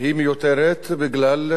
היא מיותרת בגלל,